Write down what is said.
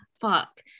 fuck